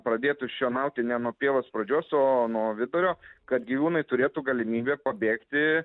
pradėtų šienauti ne nuo pievos pradžios o nuo vidurio kad gyvūnai turėtų galimybę pabėgti